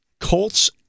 Colts